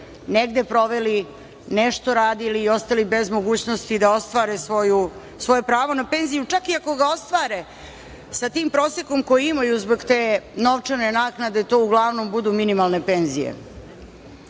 negde proveli, nešto radili i ostali bez mogućnosti da ostvare svoje pravo na penziju. Čak i ako ga ostvare, sa tim prosekom koji imaju zbog te novčane naknade, to uglavnom budu minimalne penzije. Surova